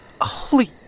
holy